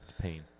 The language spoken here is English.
pain